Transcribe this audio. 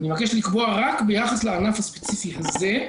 אני מבקש לקבוע רק ביחס לענף הספציפי הזה,